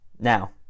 Now